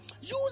Use